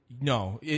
No